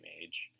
age